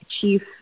chief